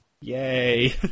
Yay